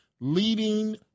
leading